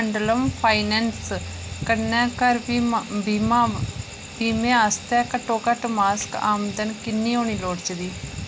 Cholamandalam finance कन्नै घर बीमा बीमे आस्तै घट्टोघट्ट मासक आमदन किन्नी होनी लोड़चदी